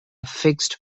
fixed